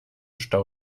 stau